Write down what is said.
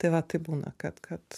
tai va taip būna kad kad